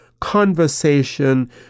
conversation